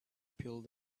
pulled